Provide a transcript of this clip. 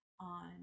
on